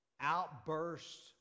outbursts